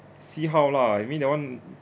see how lah you mean that one